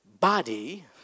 body